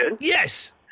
Yes